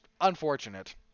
unfortunate